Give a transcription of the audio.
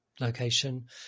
location